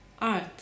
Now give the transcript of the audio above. art